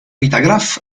vitagraph